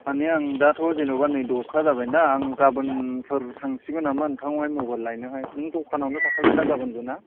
माने आं दाथ' जेनेबा नै दसथा जाबाय ना आं गाबोनफोर थांसिगोन नामा नोंथांनावहाय मबाइल लायनोहाय नों दखानआवनो थाखागोन ना गाबोनबो ना